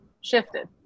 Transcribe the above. shifted